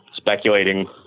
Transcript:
speculating